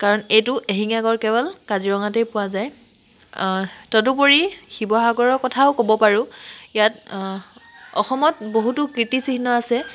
কাৰণ এইটো এশিঙীয়া গঁড় কেৱল কাজিৰঙাতেই পোৱা যায় তদুপৰি শিৱসাগৰৰ কথাও ক'ব পাৰোঁ ইয়াত অসমত বহুতো কীৰ্তিচিহ্ন আছে